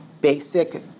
basic